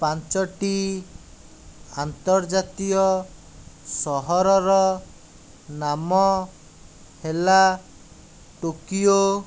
ପାଞ୍ଚୋଟି ଆନ୍ତର୍ଜାତୀୟ ସହରର ନାମ ହେଲା ଟୋକିଓ